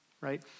right